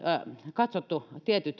katsottu